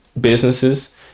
Businesses